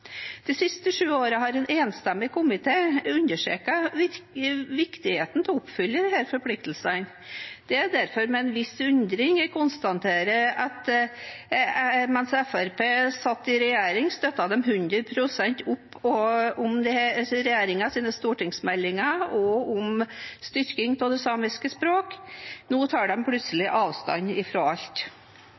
De siste sju årene har en enstemmig komité understreket viktigheten av å oppfylle disse forpliktelsene. Det er derfor med en viss undring jeg konstaterer at mens Fremskrittspartiet satt i regjering, støttet de 100 pst. opp om regjeringens stortingsmeldinger og om styrking av det samiske språk. Nå tar de plutselig avstand fra alt.